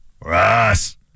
Russ